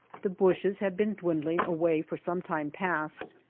the bushes have been dwindling away for some time past,